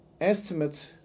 estimate